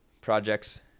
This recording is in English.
projects